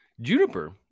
Juniper